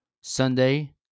Sunday